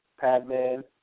Padman